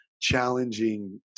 challenging